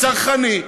צרכני,